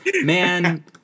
man